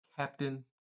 Captain